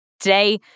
Today